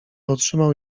otrzymał